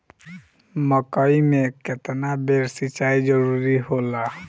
मकई मे केतना बेर सीचाई जरूरी होला?